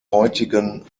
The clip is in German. heutigen